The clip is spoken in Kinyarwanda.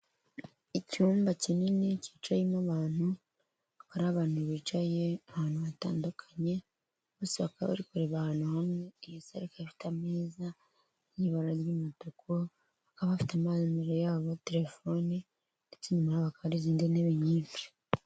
Icyumba kinini kicayemo abantu, hari abantu bicaye ahantu hatandukanye, bose bakaba bari kureba ahantu hamwe, iyi sale ikafite ameza y'ibara ry'umutuku, bakaba bafite amazi imbere yabo, telefoni ndetse inyuma yabo hakaba hari izindi ntebe nyinshi.